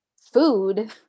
food